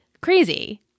Crazy